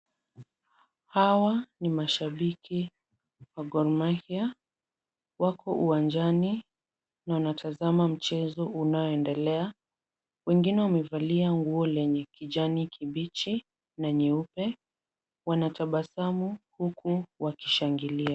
Hawa ni mashabiki wa Gor Mahia. Wako uwanjani na wanatazama mchezo unaonendela wengine wamevalia nguo lenye kijani kibichi na nyeupe, wanatabasamu huku wakishangilia.